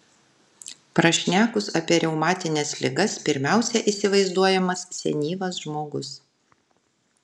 prašnekus apie reumatines ligas pirmiausia įsivaizduojamas senyvas žmogus